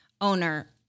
owner